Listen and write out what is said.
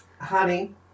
Honey